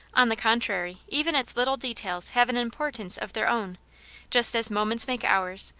on the contrary, even its little details have an importance of their own just as moments make hours,